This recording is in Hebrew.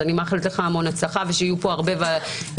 אני מאחלת לך המון הצלחה ושיהיו פה הרבה ישיבות